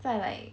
在 like